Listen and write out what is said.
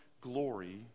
glory